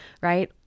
right